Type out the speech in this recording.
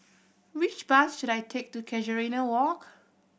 which bus should I take to Casuarina Walk